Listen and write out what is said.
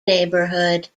neighbourhood